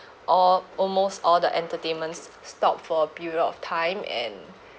all almost all the entertainment s~ stop for a period of time and